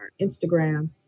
Instagram